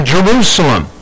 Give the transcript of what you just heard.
Jerusalem